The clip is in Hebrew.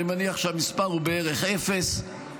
אני מניח שהמספר הוא בערך אפס.